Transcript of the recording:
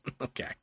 okay